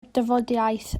dafodiaith